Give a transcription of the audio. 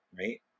right